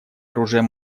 оружием